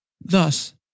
Thus